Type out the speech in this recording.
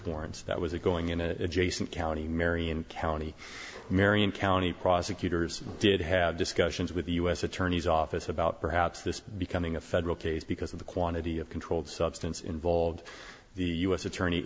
warrants that was it going in an adjacent county marion county marion county prosecutors did have discussions with the u s attorney's office about perhaps this becoming a federal case because of the quantity of controlled substance involved the u s attorney